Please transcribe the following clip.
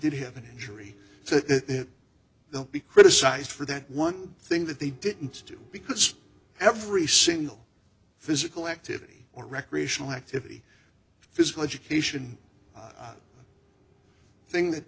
did have an injury to the be criticised for that one thing that they didn't do because every single physical activity or recreational activity physical education thing that